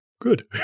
good